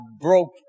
broke